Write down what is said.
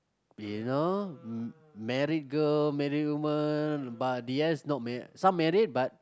you know m~ married girl married woman but the rest not~ some married but